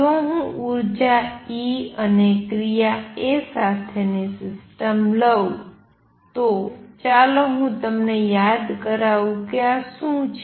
જો હું ઉર્જા E અને ક્રિયા A સાથેની સિસ્ટમ લઉં તો ચાલો હું તમને યાદ કરાવું કે આ શું છે